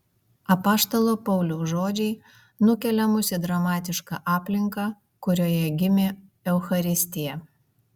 apaštalo pauliaus žodžiai nukelia mus į dramatišką aplinką kurioje gimė eucharistija